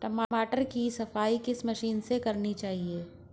टमाटर की सफाई किस मशीन से करनी चाहिए?